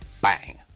bang